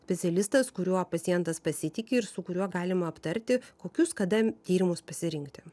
specialistas kuriuo pacientas pasitiki ir su kuriuo galima aptarti kokius kada tyrimus pasirinkti